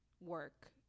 work